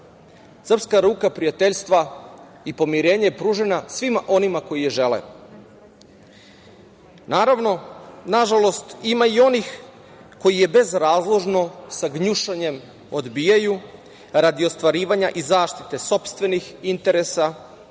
ruka prijateljstva i pomirenja je pružena svima onima koji je žele. Naravno, nažalost, ima i onih koji je bezrazložno, sa gnušanjem odbijaju, radi ostvarivanja i zaštite sopstvenih interesa, politički